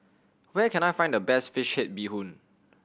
where can I find the best fish bee hoon